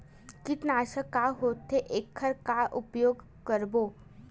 कीटनाशक का होथे एखर का उपयोग करबो?